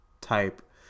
type